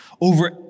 over